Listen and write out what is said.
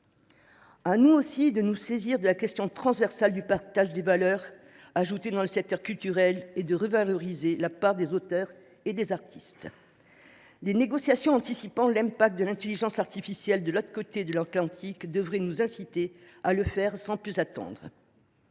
À nous de nous saisir de la question transversale du partage de la valeur ajoutée dans le secteur culturel et de revaloriser la part des auteurs et des artistes. Les négociations sur les conséquences de l’intelligence artificielle qui ont lieu de l’autre côté de l’Atlantique devraient nous inciter à faire de même, sans plus attendre.